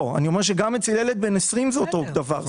גם אצל ילד בן 20 זה אותו דבר.